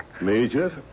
Major